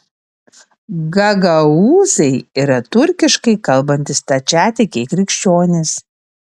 gagaūzai yra turkiškai kalbantys stačiatikiai krikščionys